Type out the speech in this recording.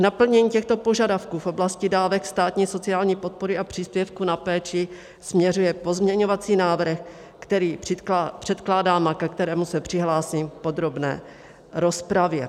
K naplnění těchto požadavků v oblasti dávek státní sociální podpory a příspěvku na péči směřuje pozměňovací návrh, který předkládám a ke kterému se přihlásím v podrobné rozpravě.